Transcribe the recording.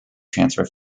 transfer